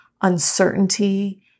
uncertainty